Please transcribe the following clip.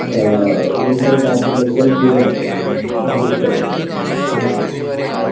rental cab जो भई self driven मां बुक करे छॾियां थैंक्यू